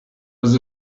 was